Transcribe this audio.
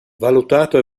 valutato